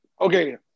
Okay